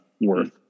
worth